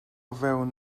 fewn